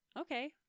Okay